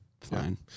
fine